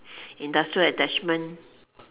industrial attachment